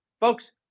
folks